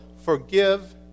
forgive